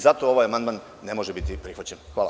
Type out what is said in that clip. Zato ovaj amandman ne može biti prihvaćen.